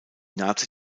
nazi